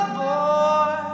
boy